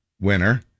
winner